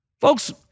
Folks